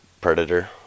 predator